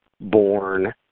born